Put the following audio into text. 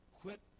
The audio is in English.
quit